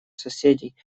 соседей